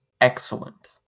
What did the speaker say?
excellent